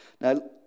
Now